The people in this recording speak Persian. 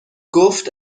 گفت